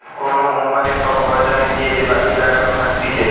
কোন কোম্পানির সব খরচা মিটিয়ে যে বাকি টাকাটা থাকতিছে